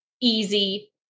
easy